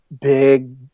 big